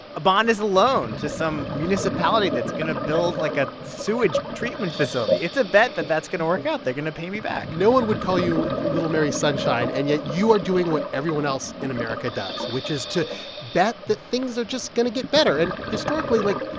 a bond is a loan to some municipality that's going to build, like, a sewage treatment facility. it's a bet that that's going to work out they're going to pay me back no one would call you little mary sunshine, and yet, you are doing what everyone else in america does, which is to bet that things are just going to get better. and historically, like,